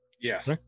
Yes